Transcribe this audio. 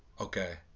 Okay